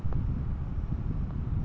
ঋণের খাতা করতে কি লাগে?